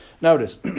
Notice